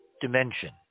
dimension